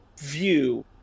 view